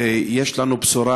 ויש לנו בשורה: